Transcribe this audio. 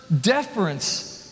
deference